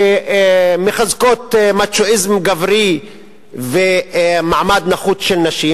שמחזקות מצ'ואיזם גברי ומעמד נחות של נשים,